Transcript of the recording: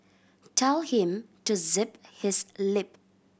tell him to zip his lip